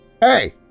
Hey